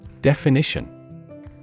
Definition